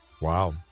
Wow